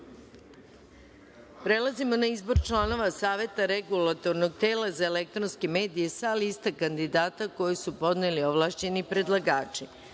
glasanje i izabrali članove Saveta regulatornog tela za elektronske medije, sa lista kandidata koje su podneli ovlašćeni predlagači,